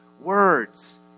words